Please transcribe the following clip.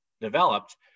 developed